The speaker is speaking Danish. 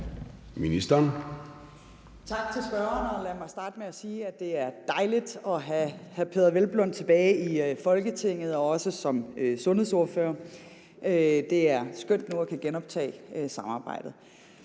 Tak til spørgeren. Lad mig starte med at sige, at det er dejligt at have hr. Peder Hvelplund tilbage i Folketinget og også som sundhedsordfører; det er skønt nu at kunne genoptage samarbejdet.